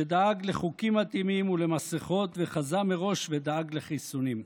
שדאג לחוקים מתאימים ולמסכות וחזה מראש ודאג לחיסונים.